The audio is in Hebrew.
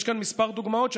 יש כאן כמה דוגמאות להצלחות,